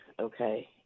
okay